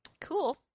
Cool